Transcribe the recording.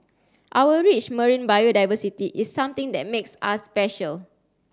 our rich marine biodiversity is something that makes us special